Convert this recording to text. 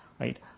right